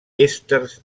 èsters